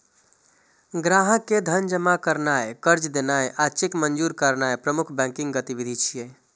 ग्राहक के धन जमा करनाय, कर्ज देनाय आ चेक मंजूर करनाय प्रमुख बैंकिंग गतिविधि छियै